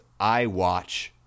iWatch